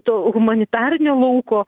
to humanitarinio lauko